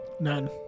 None